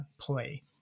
play